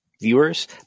viewers